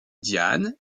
diane